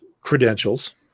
credentials